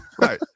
right